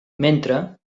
mentre